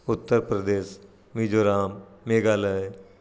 Uttar Pradesh Mizoram Meghalaya